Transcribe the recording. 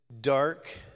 dark